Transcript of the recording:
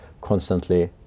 constantly